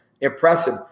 impressive